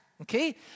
okay